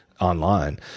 online